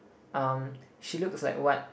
um she looks like what